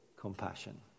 compassion